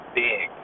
big